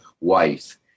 wife